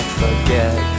forget